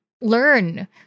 learn